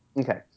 Okay